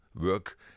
work